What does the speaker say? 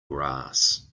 grass